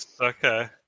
okay